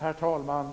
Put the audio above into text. Herr talman!